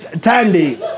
Tandy